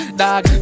dog